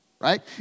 right